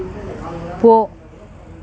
போ